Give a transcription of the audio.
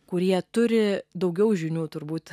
kurie turi daugiau žinių turbūt